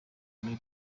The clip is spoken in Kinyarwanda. muri